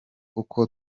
uko